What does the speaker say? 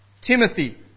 Timothy